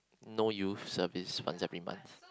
no youth service once every month